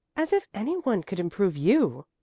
as if any one could improve you!